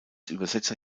übersetzer